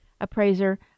Appraiser